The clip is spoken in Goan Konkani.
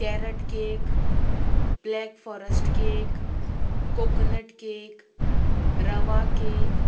carrot cake black forest cake coconut cake rava cake